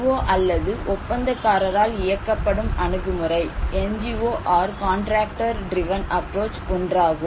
ஓ அல்லது ஒப்பந்தக்காரரால் இயக்கப்படும் அணுகுமுறை ஒன்றாகும்